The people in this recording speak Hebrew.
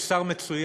הוא שר מצוין,